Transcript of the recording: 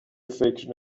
فکر